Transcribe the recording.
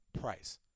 price